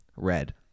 red